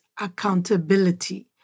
accountability